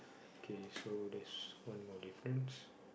K so there's one more difference